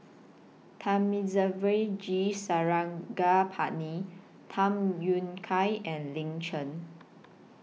Thamizhavel G Sarangapani Tham Yui Kai and Lin Chen